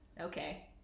Okay